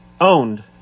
owned